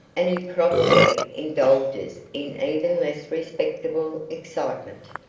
and he probably indulges in even less respectable excitement.